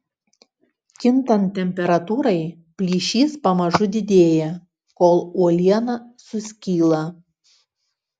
kintant temperatūrai plyšys pamažu didėja kol uoliena suskyla